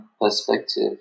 perspective